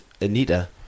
Anita